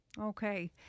Okay